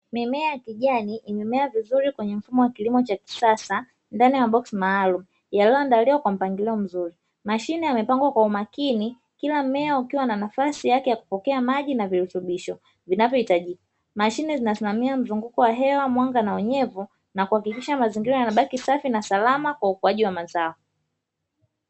Mimea ya kijani imemea vizuri kwa mfumo wa kilimo cha kisasa ndani ya maboksi maalumu yaliyoandaliwa kwa mpangilio mzuri, mashine yamepangwa kwa umakini, kila mmea ukiwa na nafasi yake ya kupokea maji na virutubisho vinavyohitajika. Mashine zinasimamia mzunguko wa hewa, mwanga na unyevu na kuhakikisha mazingira yanabaki safi na salama kwa ukuaji wa mazao.